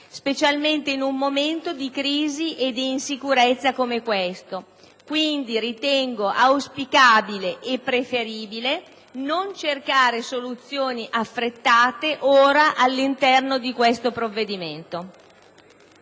specialmente in un momento di crisi e di insicurezza come questo. Ritengo pertanto auspicabile e preferibile non cercare ora soluzioni affrettate all'interno di questo provvedimento.